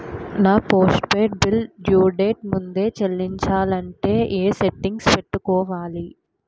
నా postpaid bill due date ముందే చెల్లించాలంటే ఎ సెట్టింగ్స్ పెట్టుకోవాలి?